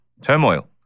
Turmoil